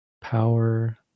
power